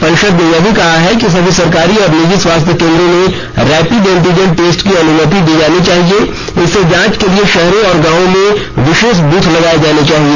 परिषद ने यह भी कहा है कि सभी सरकारी और निजी स्वास्थ्य केंद्रों में रैपिड एंटीजन टेस्ट की अनुमति दी जानी चाहिए और इस जांच के लिए शहरों तथा गांवों में विशेष बूथ लगाए जाने चाहिए